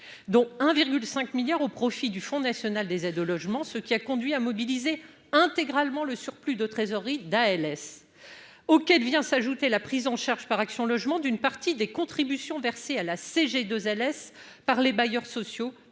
dont 1,5 milliard au profit du Fonds national des aides au logement, ce qui a conduit à mobiliser intégralement le surplus de trésorerie d'ALS auquel vient s'ajouter la prise en charge par Action logement d'une partie des contributions versées à la CG 2 Alès par les bailleurs sociaux